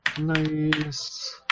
Nice